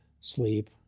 sleep